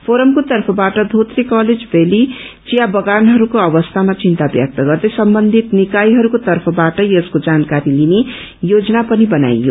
फोरमको तर्फबाट धोत्रे कलेज भ्याली चिया बगानहरूको अवस्थामा चिन्ता व्यक्त गर्दै सम्बन्धित निकायहरूको तर्फबाट यसको जानकारी लिने योजना पनि बनाइयो